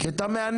כי אתה מהנגב,